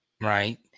right